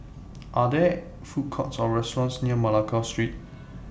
Are There Food Courts Or restaurants near Malacca Street